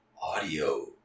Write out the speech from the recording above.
audio